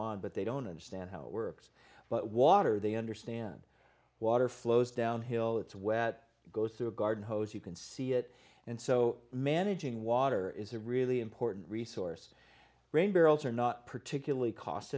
on but they don't understand how it works but water they understand water flows downhill it's wet goes through a garden hose you can see it and so managing water is a really important resource brain barrels are not particularly cost